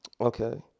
Okay